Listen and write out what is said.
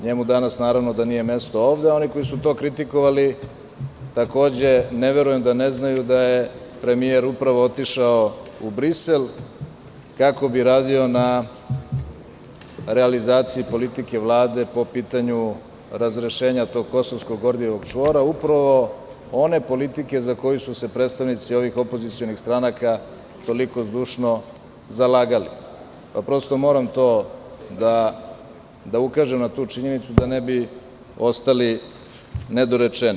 Njemu danas naravno da nije mesto ovde,a oni koji su to kritikovali, takođe ne verujem da ne znaju da je premijer upravo otišao u Brisel kako bi radio na realizaciji politike Vlade po pitanju razrešenja tog Kosovskog Gordijevog čvora, upravo one politike za koju su se predstavnici ovih opozicionih stranaka toliko zdušno zalagali, pa prosto moram da ukažem na tu činjenicu da ne bi ostali nedorečeni.